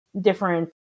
different